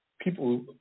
people